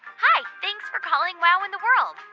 hi. thanks for calling wow in the world.